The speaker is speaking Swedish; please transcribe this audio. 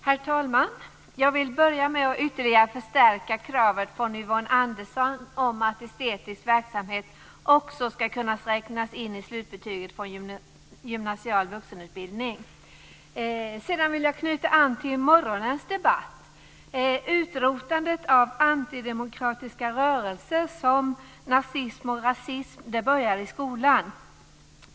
Herr talman! Jag vill börja med att ytterligare förstärka kravet från Yvonne Andersson om att också estetisk verksamhet ska kunna räknas in i slutbetyget från gymnasial vuxenutbildning. Jag vill vidare knyta an till morgonens debatt. Ett utrotande av antidemokratiska rörelser som nazism och rasism börjar i skolan.